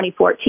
2014